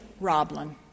Roblin